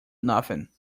nothing